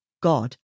God